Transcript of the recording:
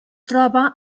troba